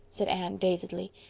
said anne dazedly.